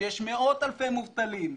שיש מאות אלפי מובטלים,